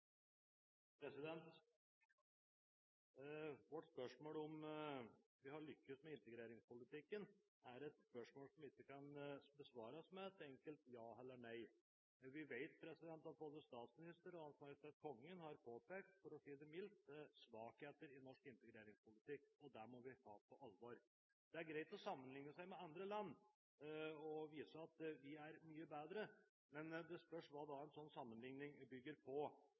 et spørsmål som ikke kan besvares med et enkelt ja elle nei. Vi vet at både statsministeren og Hans Majestet Kongen har påpekt – for å si det mildt – svakheter i norsk integreringspolitikk. Det må vi ta på alvor. Det er greit å sammenligne seg med andre land og vise at vi er mye bedre, men det spørs hva en sånn sammenligning bygger på.